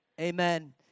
amen